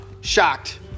shocked